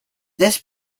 this